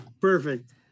Perfect